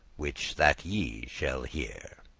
which that ye shall hear.